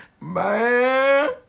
Man